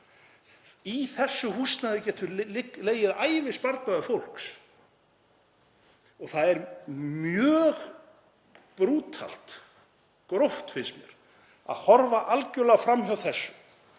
Í þessu húsnæði getur legið ævisparnaður fólks og það er mjög brútalt, gróft finnst mér, að horfa algerlega fram hjá þessu.